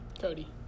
Cody